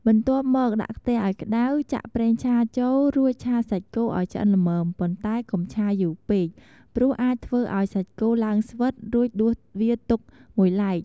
បន្ទាប់់មក ដាក់ខ្ទះឱ្យក្តៅ ចាក់ប្រេងឆាចូល រួចឆាសាច់គោឱ្យឆ្អិនល្មម ប៉ុន្តែកុំឆាយូរពេកព្រោះអាចធ្វើឱ្យសាច់គោឡើងស្វិត រួចដួសវាទុកមួយឡែក។